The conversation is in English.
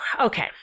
okay